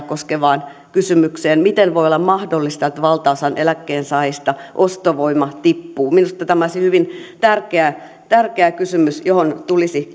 koskevaan kysymykseen miten voi olla mahdollista että valtaosalla eläkkeensaajista ostovoima tippuu minusta tämä olisi hyvin tärkeä tärkeä kysymys johon tulisi